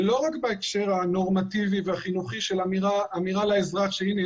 זה לא רק בהקשר הנורמטיבי והחינוכי של אמירה לאזרח: הנה,